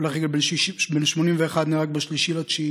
הולך רגל בן 81 נהרג ב-3 בספטמבר.